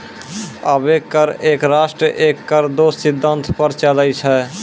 अबै कर एक राष्ट्र एक कर रो सिद्धांत पर चलै छै